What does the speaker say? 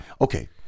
Okay